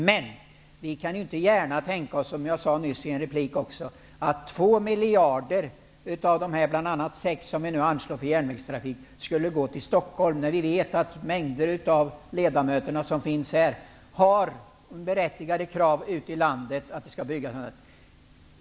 Men, som jag nyss sade, vi kan inte tänka oss att 2 miljarder av bl.a. de 6 miljarder som nu anslås för järnvägstrafik skall gå till Stockholm när vi vet att mängder av ledamöter har berättigade krav ute i landet om byggande.